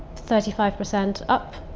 thirty five percent up